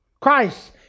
Christ